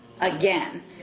again